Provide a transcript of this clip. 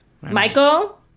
Michael